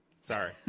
Sorry